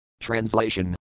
Translation